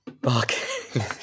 Barking